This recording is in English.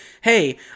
hey